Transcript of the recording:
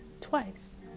twice